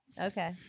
Okay